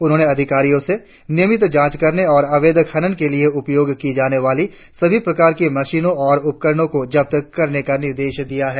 उन्होंने अधिकारियो से नियमित जांच करने और अवैध खनन के लिए उपयोग की जाने वाली सभी प्रकार की मसीनो और उपकरणो को जब्त करने का निर्देश दिया है